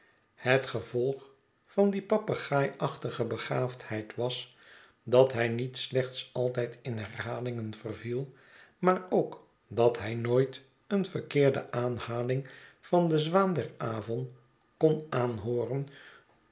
het gevolg van die papegaaiachtige begaafdheid was dat hij niet slechts altijd in herhalingen verviel maar ook dat hij nooit een verkeerde aanhaling van de zwaan der avon kon aanhooren